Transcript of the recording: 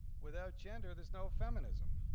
without gender, there is no feminism.